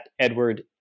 Edward